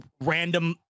random